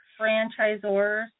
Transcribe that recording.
franchisors